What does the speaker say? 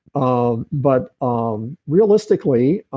um but um realistically, ah